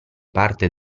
parte